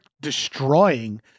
destroying